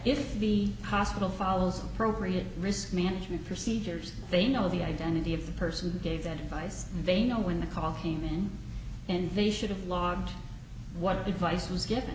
if the hospital follows appropriate risk management procedures they know the identity of the person who gave that advice and they know when the call came in and they should have logged what advice was given